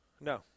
No